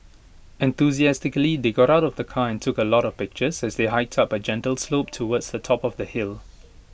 enthusiastically they got out of the car and took A lot of pictures as they hiked up A gentle slope towards the top of the hill